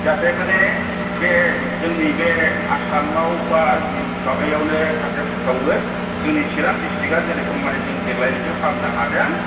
जाहाते माने बे जोंनि बे आसामाव बा बे माबायावनो फोसावो जोंनि चिरां दिस्ट्रिक्टा जेरखम माने जों देग्लाय रिजाल्ट खालामनो हादों